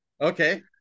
okay